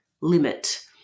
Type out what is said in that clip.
limit